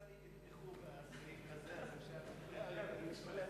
הסעיף הזה יכול להביא, לשרים.